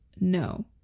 No